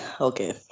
Okay